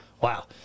wow